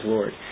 Lord